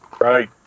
Right